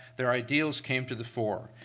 their ideals came to the fore.